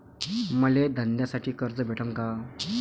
मले धंद्यासाठी कर्ज भेटन का?